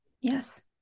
yes